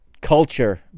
culture